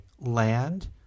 land